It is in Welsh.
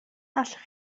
allwch